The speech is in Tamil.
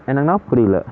என்னங்கண்ணா புரியல